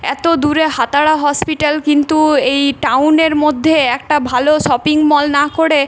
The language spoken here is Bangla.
এত দূরে হাতাড়া হসপিটাল কিন্তু এই টাউনের মধ্যে একটা ভালো শপিং মল না করে